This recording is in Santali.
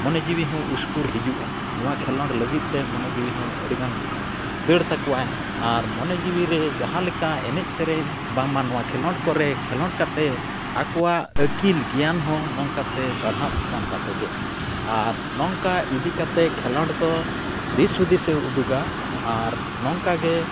ᱢᱚᱱᱮ ᱡᱤᱣᱤ ᱦᱚᱸ ᱩᱥᱠᱩᱨ ᱦᱤᱡᱩᱜᱼᱟ ᱱᱚᱣᱟ ᱠᱷᱮᱞᱳᱰ ᱞᱟᱹᱜᱤᱫᱛᱮ ᱢᱚᱱᱮ ᱡᱤᱣᱤ ᱦᱚᱸ ᱟᱹᱰᱤ ᱜᱟᱱ ᱫᱟᱹᱲ ᱛᱟᱠᱚᱣᱟᱭ ᱟᱨ ᱢᱚᱱᱮ ᱡᱤᱣᱤ ᱨᱮ ᱡᱟᱦᱟᱸ ᱞᱮᱠᱟ ᱮᱱᱮᱡ ᱥᱮᱨᱮᱧ ᱵᱟᱝᱢᱟ ᱱᱚᱣᱟ ᱠᱷᱮᱞᱳᱰ ᱠᱚᱨᱮ ᱠᱷᱮᱞᱳᱰ ᱠᱚᱨᱮᱜ ᱠᱷᱮᱞᱳᱰ ᱠᱟᱛᱮᱫ ᱟᱠᱚᱣᱟᱜ ᱟᱹᱠᱤᱞ ᱜᱮᱭᱟᱱ ᱦᱚᱸ ᱱᱚᱝᱠᱟᱛᱮ ᱵᱟᱲᱦᱟᱣ ᱠᱟᱱᱛᱟᱠᱚ ᱜᱮ ᱟᱨ ᱱᱚᱝᱠᱟ ᱤᱫᱤ ᱠᱟᱛᱮᱫ ᱠᱷᱮᱞᱳᱰ ᱫᱚ ᱫᱤᱥ ᱦᱩᱫᱤᱥᱮ ᱩᱫᱩᱜᱼᱟ ᱟᱨ ᱱᱚᱝᱠᱟ ᱜᱮ